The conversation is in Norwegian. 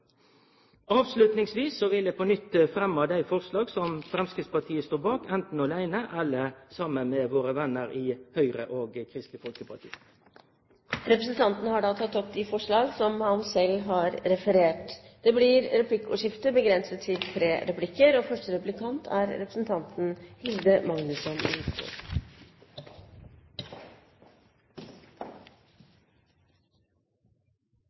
vil eg fremje dei forslaga som Framstegspartiet står bak anten aleine eller saman med våre venner i Høgre og Kristeleg Folkeparti. Representanten Gjermund Hagesæter har tatt opp de forslagene han refererte til. Det blir replikkordskifte.